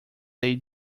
they